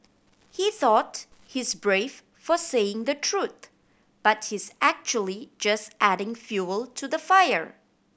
he thought he's brave for saying the truth but he's actually just adding fuel to the fire